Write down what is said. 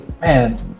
Man